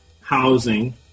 housing